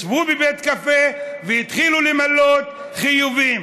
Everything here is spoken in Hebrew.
ישבו בבית קפה התחילו למלא חיובים,